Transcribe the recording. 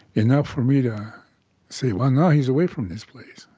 enough for me to say, well, now he's away from this place.